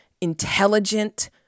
intelligent